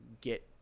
get